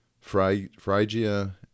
Phrygia